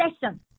session